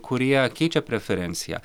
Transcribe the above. kurie keičia preferenciją